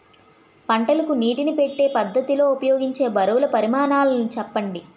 పంటలకు నీటినీ పెట్టే పద్ధతి లో ఉపయోగించే బరువుల పరిమాణాలు చెప్పండి?